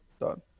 done